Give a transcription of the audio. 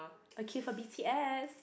I queue for BTS